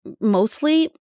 mostly